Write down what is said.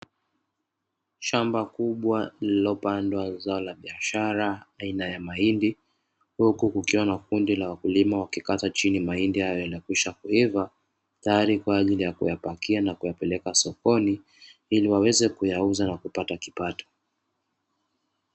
Shamba kubwa lililopandwa zao la biashara aina ya mahindi, huku kukiwa na kundi la wakulima wakikata chini mahindi hayo yaliyokwisha kuiva, tayari kwaajili ya kuyapakia na kuyapeleka sokoni ili waweze kuyauza na kupata kipato.